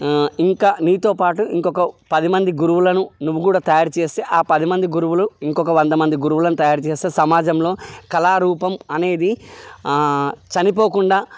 ఇంకా నీతో పాటు ఇంకొక పదిమంది గురువులను నువ్వు కూడా తయారు చేస్తే ఆ పదిమంది గురువులు ఇంకొక వంద మంది గురువులను తయారు చేస్తే సమాజంలో కళారూపం అనేది చనిపోకుండా